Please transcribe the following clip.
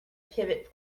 pivot